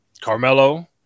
Carmelo